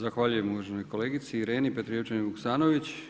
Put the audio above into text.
Zahvaljujem uvaženoj kolegici Ireni Petrijevčanin Vuksanović.